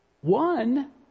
One